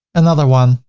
another one